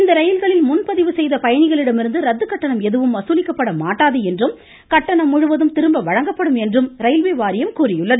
இந்த ரயில்களில் முன்பதிவு செய்த பயணிகளிடமிருந்து ரத்து கட்டணம் எதுவும் வசூலிக்கப்பட மாட்டாது என்றும் கட்டணம் முழுவதும் திரும்ப வழங்கப்படும் என்றும் ரயில்வே வாரியம் மேலும் தெரிவித்துள்ளது